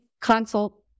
consult